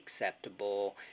acceptable